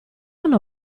hanno